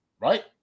Right